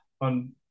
on